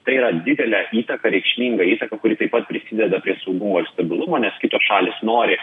tai yra didelę įtaką reikšmingą įtaką kuri taip pat prisideda prie saugumo ir stabilumo nes kitos šalys nori